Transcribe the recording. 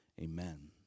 Amen